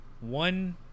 one